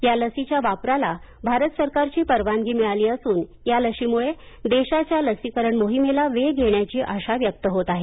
या लशीच्या वापराला भारत सरकारची परवानगी मिळाली असून या लशीमुळं देशाच्या लसीकरण मोहिमेला वेग येण्याची आशा व्यक्त होत आहे